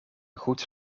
goed